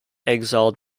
exiled